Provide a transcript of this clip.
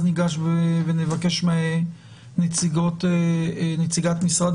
נציגת משרד